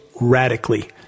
radically